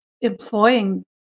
employing